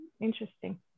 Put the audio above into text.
interesting